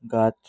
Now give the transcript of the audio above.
গাছ